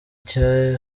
cye